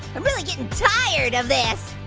i'm really getting tired of this.